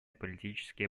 политические